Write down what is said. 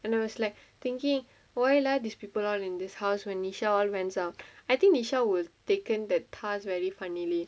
and I was like thinking why lah these people all this house when nisha went out I think nisha will taken that task very funnily